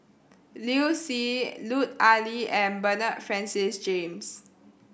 Liu Si Lut Ali and Bernard Francis James